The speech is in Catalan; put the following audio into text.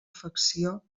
afecció